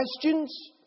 questions